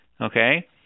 Okay